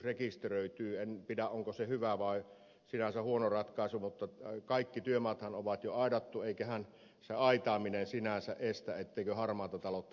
en tiedä onko se sinänsä hyvä vai huono ratkaisu mutta kaikki työmaathan ovat jo aidattuja eikä se aitaaminen sinänsä estä että harmaata taloutta käytetään